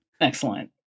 Excellent